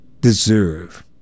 deserve